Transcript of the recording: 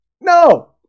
no